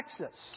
Texas